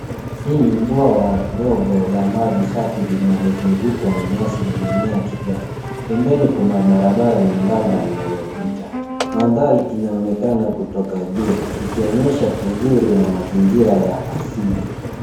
Hii ni bwawa dogo la maji safi linalozungukwa na nyasi na mimea ya kijani. Pembeni kuna barabara nyembamba inayopita. Mandhari inaonekana kutoka juu, ikionyesha uzuri wa mazingira ya asili.